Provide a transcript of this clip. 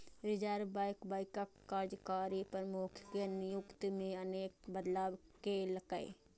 reserve bank बैंकक कार्यकारी प्रमुख के नियुक्ति मे अनेक बदलाव केलकै